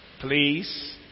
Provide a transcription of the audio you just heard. Please